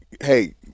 hey